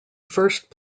first